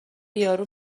یارو